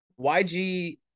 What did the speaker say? YG